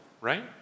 right